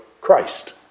Christ